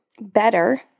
better